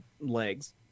legs